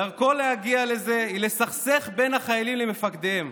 דרכו להגיע לזה היא לסכסך בין החיילים למפקדיהם.